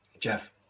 Jeff